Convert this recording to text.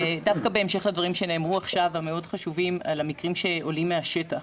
דווקא בהמשך לדברים החשובים מאוד שנאמרו עכשיו על המקרים שעולים מהשטח